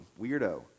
weirdo